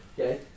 Okay